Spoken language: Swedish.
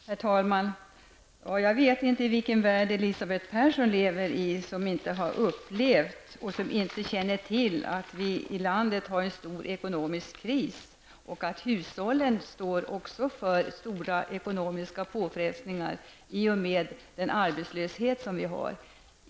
Herr talman! Jag förstår inte vilken värld Elisabeth Persson lever i. Hon har ju inte upplevt och hon känner heller inte till att vi i det här landet för närvarande har en stor ekonomisk kris och att hushållen också står inför stora ekonomiska påfrestningar i och med den arbetslöshet som vi har.